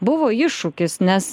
buvo iššūkis nes